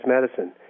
medicine